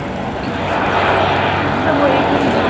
हुन्छ हुन्छ म एक दुई दिनमा